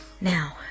Now